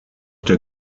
der